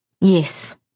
Yes